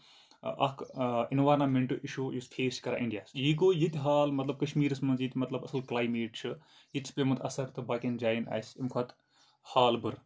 اکھ environment issue یُس face کران اِنٛڈیاہَس یہِ گوٚو ییٚتہِ حال مطلب کَشمیٖرَس منٛز ییٚتہِ مطلب اَصٕل کٕلایمیٹ چھُ ییٚتہِ چھُ پیومُت اَثر تہٕ باقٮ۪ن جاین آسہِ اَمہِ کھۄتہٕ حال بُرٕ